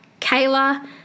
Kayla